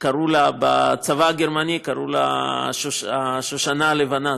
בצבא הגרמני קראו לה "השושנה הלבנה".